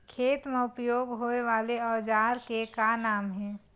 खेत मा उपयोग होए वाले औजार के का नाम हे?